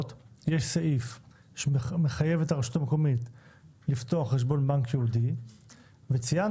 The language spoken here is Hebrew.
יש סעיף שמחייב את הרשות המקומית לפתוח חשבון בנק ייעודי וציינת,